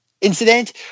incident